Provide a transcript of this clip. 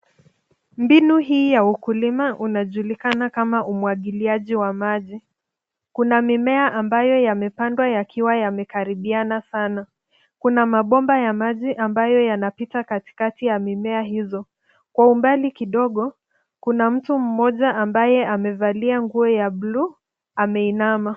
Mbinu hii ya ukulima unajulikana kama umwagiliaji wa maji. Kuna mimea ambayo yamepandwa yakiwa yamekaribiana sana. Kuna mabomba ya maji ambayo yanapita katikati ya mimea hizo. Kwa umbali kidogo, kuna mtu mmoja ambaye amevalia nguo ya bluu, ameinama.